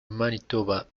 manitoba